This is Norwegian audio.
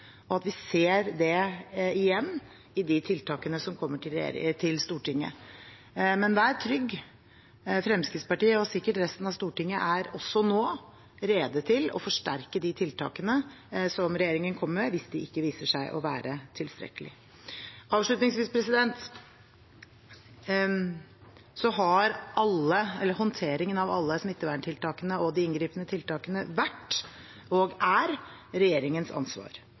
og at vi ser det igjen i de tiltakene som kommer til Stortinget. Men vær trygg: Fremskrittspartiet, og sikkert resten av Stortinget, er også nå rede til å forsterke de tiltakene som regjeringen kommer med, hvis de ikke viser seg å være tilstrekkelige. Avslutningsvis: Håndteringen av alle smitteverntiltakene og de inngripende tiltakene har vært og er regjeringens ansvar,